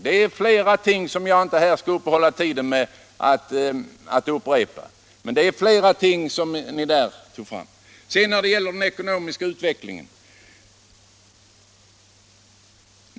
Detta skall jag dock inte uppta tiden med att upprepa, men det var flera socialiseringsområden som ni då tog fram. Har ni ångrat er? Sedan till frågan om den ekonomiska utvecklingen.